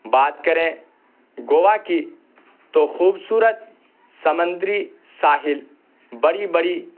بات کریں گووا کی تو خوبصورت سمندری ساحل بڑی بڑی